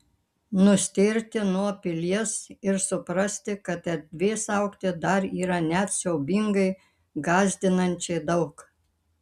nustėrti nuo pilies ir suprasti kad erdvės augti dar yra net siaubingai gąsdinančiai daug